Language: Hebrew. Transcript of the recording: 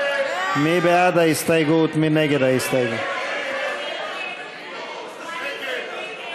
ההסתייגות של קבוצת סיעת המחנה הציוני (מיקי רוזנטל)